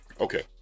Okay